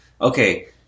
okay